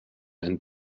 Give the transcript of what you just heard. and